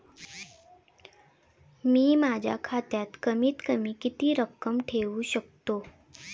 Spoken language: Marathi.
मी माझ्या खात्यात कमीत कमी किती रक्कम ठेऊ शकतो?